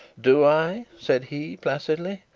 do i said he, placidly.